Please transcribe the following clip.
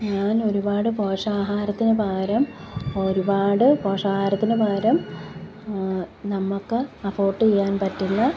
ഞാൻ ഒരുപാട് പോഷകാഹാരത്തിനു പകരം ഒരുപാട് പോഷകാഹാരത്തിനു പകരം നമുക്ക് അഫോർഡ് ചെയ്യാൻ പറ്റുന്ന